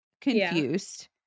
Confused